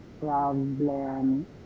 problem